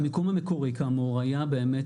המיקום המקורי כאמור היה באמת,